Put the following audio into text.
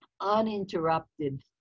uninterrupted